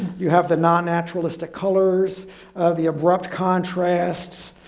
you have the non naturalistic colors of the abrupt contrasts.